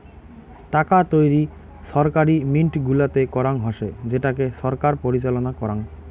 টাকা তৈরী ছরকারি মিন্ট গুলাতে করাঙ হসে যেটাকে ছরকার পরিচালনা করাং